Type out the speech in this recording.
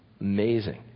Amazing